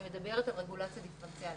אני מדברת על רגולציה דיפרנציאלית.